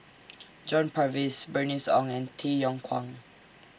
John Purvis Bernice Ong and Tay Yong Kwang